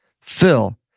Phil